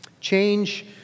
Change